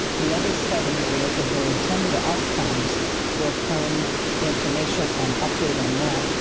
the other seven areas of their intended outcomes will come information and update on that.